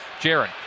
Jaron